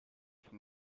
van